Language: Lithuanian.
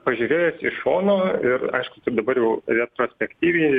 pažiūrėjus iš šono ir aišku dabar jau retrospektyviai